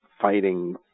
fighting